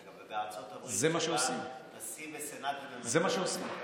אבל בארצות הברית, כשנשיא וסנאט ממונים עד